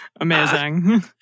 Amazing